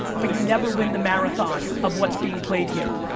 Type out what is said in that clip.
but you never win the marathon of what's being played here.